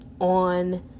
on